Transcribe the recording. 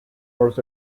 was